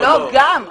גם.